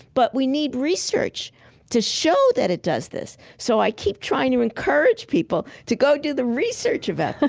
but we need research to show that it does this. so i keep trying to encourage people to go do the research about this